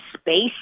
space